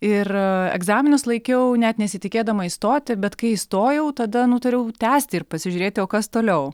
ir egzaminus laikiau net nesitikėdama įstoti bet kai įstojau tada nutariau tęsti ir pasižiūrėti o kas toliau